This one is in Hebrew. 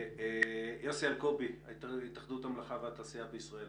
יוסי אלקובי, התאחדות המלאכה והתעשייה בישראל,